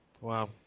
Wow